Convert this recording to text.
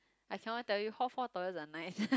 I cannot tell you hall four toilets are nice